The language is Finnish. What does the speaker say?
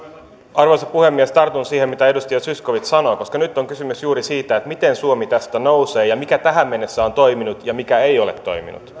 arvoisa puhemies tartun siihen mitä edustaja zyskowicz sanoi koska nyt on kysymys juuri siitä miten suomi tästä nousee ja mikä tähän mennessä on toiminut ja mikä ei ole toiminut